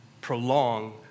prolong